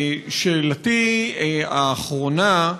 שאלתי האחרונה,